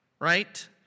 right